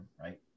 right